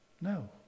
No